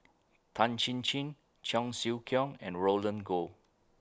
Tan Chin Chin Cheong Siew Keong and Roland Goh